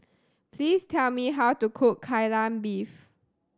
please tell me how to cook Kai Lan Beef